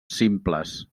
simples